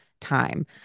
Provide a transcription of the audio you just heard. time